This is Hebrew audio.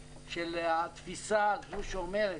והתפיסה הזו שאומרת,